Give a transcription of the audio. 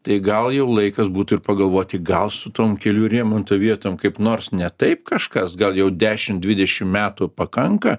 tai gal jau laikas būtų ir pagalvoti gal su tom kelių remonto vietom kaip nors ne taip kažkas gal jau dešim dvidešim metų pakanka